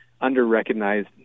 under-recognized